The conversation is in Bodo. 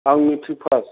आं मेट्रिक फास